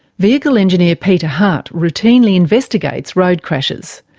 vehicle engineer peter hart routinely investigates road crashes.